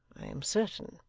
i am certain